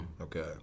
okay